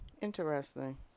interesting